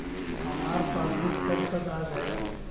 हमार पासबूक कब तक आ जाई?